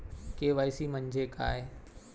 KYC म्हंजे काय?